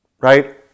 right